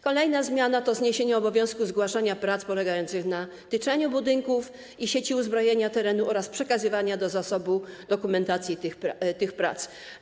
Kolejna zmiana to zniesienie obowiązku zgłaszania prac polegających na tyczeniu budynków i sieci uzbrojenia terenu oraz przekazywania do zasobu dokumentacji tych prac.